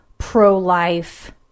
pro-life